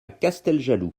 casteljaloux